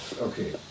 Okay